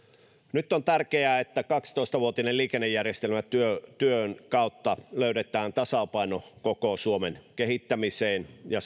nyt on tärkeää että kaksitoista vuotisen liikennejärjestelmätyön kautta löydetään tasapaino koko suomen kehittämiseen ja